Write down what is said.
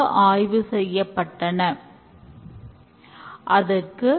அவர் பயனாளியின் பிரதிநிதியாகவோ குழு உறுப்பினராகவோ இருக்கலாம்